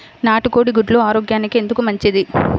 నాటు కోడి గుడ్లు ఆరోగ్యానికి ఎందుకు మంచిది?